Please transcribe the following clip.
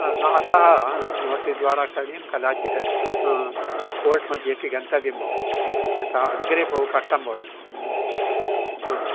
अतः नोट्री द्वारा करणीयं कदाचित् कोर्ट् मध्येपि गन्तव्यं भवति यथा अग्रे बहु कष्टं भवति